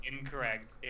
Incorrect